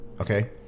okay